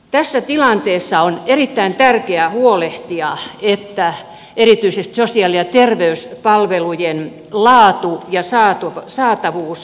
tässä tilanteessa on erittäin tärkeää huolehtia että erityisesti sosiaali ja terveyspalvelujen laatu ja saatavuus turvataan